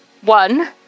one